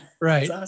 right